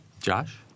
Josh